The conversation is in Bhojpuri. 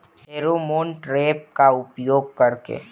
फेरोमोन ट्रेप का उपयोग कर के?